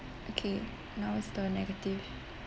okay now it's the negative